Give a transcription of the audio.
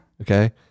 Okay